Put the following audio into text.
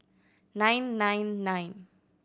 nine nine nine